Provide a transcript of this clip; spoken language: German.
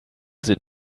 sind